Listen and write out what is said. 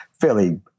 fairly